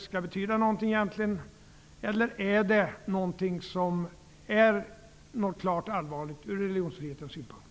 Skall formuleringen egentligen inte betyda någonting, eller är det klart allvarligt ur religionsfrihetens synpunkt?